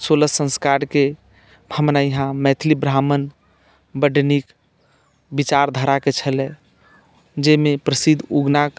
सोलह संस्कारके हमरा यहाँ मैथिली ब्राह्मण बड्ड नीक विचारधाराके छलै जाहिमे प्रसिद्ध उगनाक